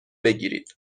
بگیرید